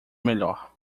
melhor